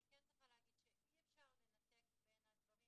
אני כן צריכה להגיד שאי אפשר לנתק בין הדברים.